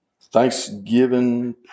Thanksgiving